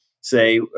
say